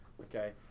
Okay